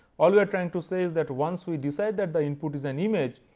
all you are trying to say is that once we decide that the input is an image,